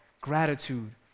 gratitude